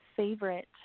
favorite